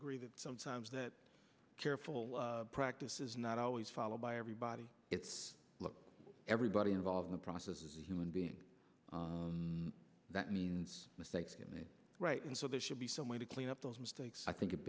agree that sometimes that careful practice is not always followed by everybody it's everybody involved in the process is a human being that means mistakes right and so there should be some way to clean up those mistakes i think it